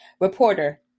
Reporter